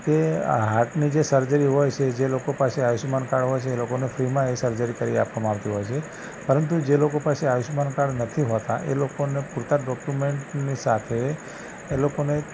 કે હાર્ટની જે સર્જરી હોય છે જે લોકો પાસે આયુષ્યમાન કાર્ડ હોય છે એ લોકોને ફ્રીમાં એ સર્જરી કરી આપવામાં આવતી હોય છે પરંતુ જે લોકો પાસે આયુષ્યમાન કાર્ડ નથી હોતા એ લોકોને પૂરતાં ડૉક્યુમેન્ટની સાથે એ લોકોને